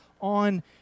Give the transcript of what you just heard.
on